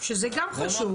שזה גם חשוב.